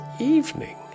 evening